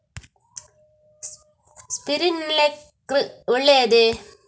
Sprinkler ಒಳ್ಳೇದೇ?